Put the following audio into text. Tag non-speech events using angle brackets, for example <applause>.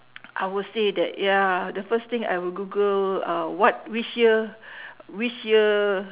<noise> I will say that ya the first thing I will google uh what which year <breath> which year